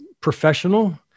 professional